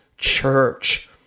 church